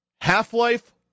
Half-Life